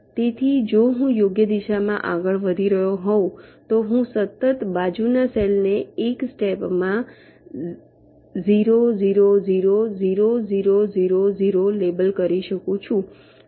તેથી જો હું યોગ્ય દિશામાં આગળ વધી રહ્યો હોઉ તો હું સતત બાજુના સેલ ને એક સ્ટેપ માં 0 0 0 0 0 0 0 લેબલ કરી શકું છું